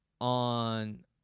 on